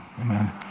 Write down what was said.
Amen